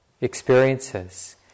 experiences